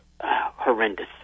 horrendous